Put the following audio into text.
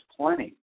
plenty